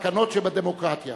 לסכנות שבדמוקרטיה,